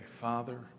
Father